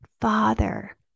Father